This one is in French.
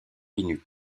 linux